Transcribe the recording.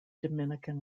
dominican